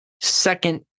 second